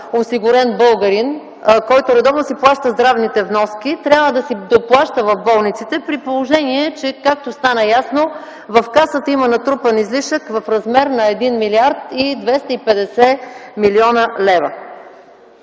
здравноосигурен българин, който редовно си плаща здравните вноски, трябва да си доплаща в болниците при положение, че както стана ясно, в Касата има натрупан излишък в размер на 1 млрд. 250 млн. лв.?